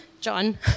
John